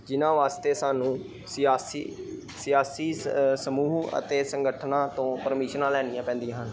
ਜਿਨ੍ਹਾਂ ਵਾਸਤੇ ਸਾਨੂੰ ਸਿਆਸੀ ਸਿਆਸੀ ਸਮੂਹ ਅਤੇ ਸੰਗਠਨਾਂ ਤੋਂ ਪਰਮਿਸ਼ਨਾਂ ਲੈਣੀਆ ਪੈਂਦੀਆਂ ਹਨ